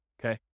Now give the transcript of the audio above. okay